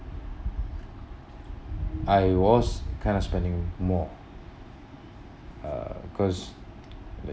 I was kind of spending more uh cause